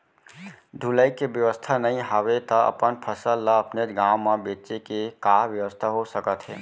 ढुलाई के बेवस्था नई हवय ता अपन फसल ला अपनेच गांव मा बेचे के का बेवस्था हो सकत हे?